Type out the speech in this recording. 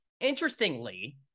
Interestingly